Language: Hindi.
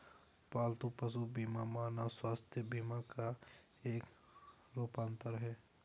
पालतू पशु बीमा मानव स्वास्थ्य बीमा का एक रूपांतर है